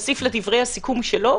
לדברי הסיכום שלו,